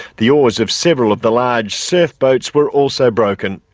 the oars of several of the large surfboats were also broken.